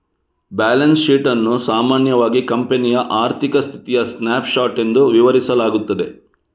balance sheet ಅನ್ನು ಸಾಮಾನ್ಯವಾಗಿ ಕಂಪನಿಯ ಆರ್ಥಿಕ ಸ್ಥಿತಿಯ ಸ್ನ್ಯಾಪ್ ಶಾಟ್ ಎಂದು ವಿವರಿಸಲಾಗುತ್ತದೆ